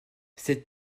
cette